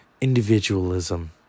individualism